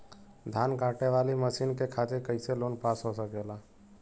धान कांटेवाली मशीन के खातीर कैसे लोन पास हो सकेला?